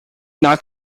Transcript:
not